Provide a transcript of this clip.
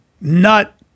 nut